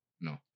no